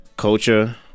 Culture